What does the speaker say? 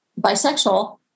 bisexual